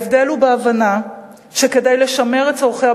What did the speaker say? ההבדל הוא בהבנה שכדי לשמר את צורכי